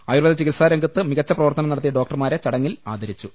ആയുർവേദ ചികിത്സാരംഗത്ത് മികച്ച പ്രവർത്തനം നടത്തിയ ഡോക്ടർമാരെ ചടങ്ങിൽ ആദരിച്ചു